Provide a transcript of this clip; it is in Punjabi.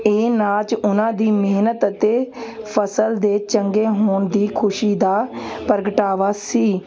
ਇਹ ਨਾਚ ਉਹਨਾਂ ਦੀ ਮਿਹਨਤ ਅਤੇ ਫ਼ਸਲ ਦੇ ਚੰਗੇ ਹੋਣ ਦੀ ਖੁਸ਼ੀ ਦਾ ਪ੍ਰਗਟਾਵਾ ਸੀ